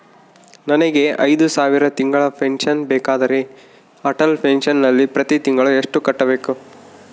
ನನಗೆ ಐದು ಸಾವಿರ ತಿಂಗಳ ಪೆನ್ಶನ್ ಬೇಕಾದರೆ ಅಟಲ್ ಪೆನ್ಶನ್ ನಲ್ಲಿ ಪ್ರತಿ ತಿಂಗಳು ಎಷ್ಟು ಕಟ್ಟಬೇಕು?